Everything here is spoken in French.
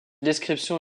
description